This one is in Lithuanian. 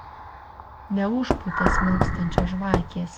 neužpūtė smilkstančios žvakės